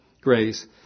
grace